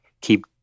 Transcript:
keep